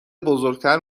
بزرگتر